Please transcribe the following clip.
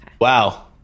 Wow